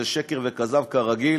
זה שקר וכזב, כרגיל,